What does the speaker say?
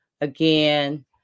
again